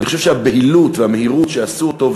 אני חושב שהבהילות והמהירות שבהן עשו אותו,